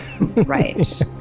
Right